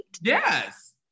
Yes